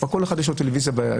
כי לכל אחד יש כבר טלוויזיה בכיס.